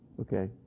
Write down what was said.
Okay